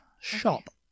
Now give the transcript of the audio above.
shop